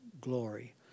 glory